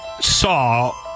saw